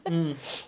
mm